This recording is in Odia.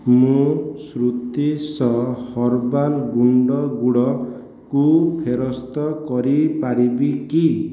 ମୁଁ ଶ୍ରୁତି ସ ହର୍ବାଲ୍ ଗୁଣ୍ଡ ଗୁଡ଼କୁ ଫେରସ୍ତ କରି ପାରିବି କି